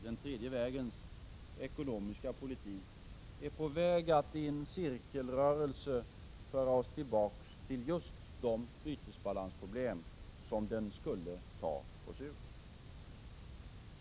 Den tredje vägens ekonomiska politik är på väg att i en cirkelrörelse föra oss tillbaka till just de bytesbalansproblem som den skulle ta oss ur.